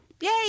Yay